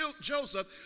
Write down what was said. Joseph